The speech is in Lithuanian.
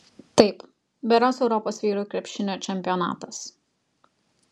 taip berods europos vyrų krepšinio čempionatas